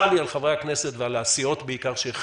צר לי על חברי הכנסת ועל הסיעות שהחרימו